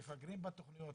מפגרים בתכניות,